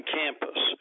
campus